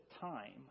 time